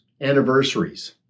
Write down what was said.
anniversaries